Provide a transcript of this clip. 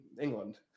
england